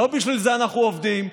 לא בשביל זה אנחנו עובדים,